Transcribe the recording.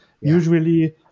Usually